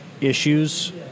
issues